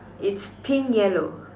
it's pink yellow